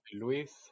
Luis